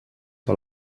que